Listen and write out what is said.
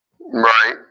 Right